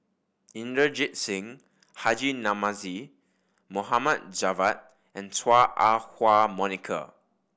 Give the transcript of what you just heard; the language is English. Inderjit Singh Haji Namazie Mohd Javad and Chua Ah Huwa Monica